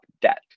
debt